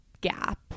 gap